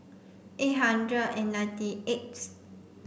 eight hundred and ninety eighth